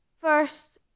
first